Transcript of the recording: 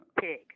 pig